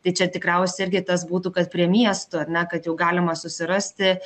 tai čia tikriausia irgi tas būtų kad prie miestų ar ne kad jau galima susirasti